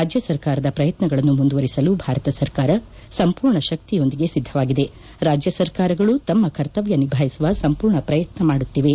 ರಾಜ್ಯ ಸರ್ಕಾರದ ಪ್ರಯತ್ನಗಳನ ಮುಂದುವರಿಸಲು ಭಾರತ ಸರ್ಕಾರ ಸಂಪೂರ್ಣ ಶಕ್ತಿಯೊಂದಿಗೆ ಸಿದ್ದವಾಗಿದೆ ರಾಜ್ಞ ಸರ್ಕಾರಗಳೂ ತಮ್ಮ ಕರ್ತವ್ಞ ನಿಭಾಯಿಸುವ ಸಂಪೂರ್ಣ ಪ್ರಯತ್ನ ಮಾಡುತ್ತಿವೆ